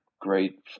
great